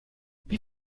wie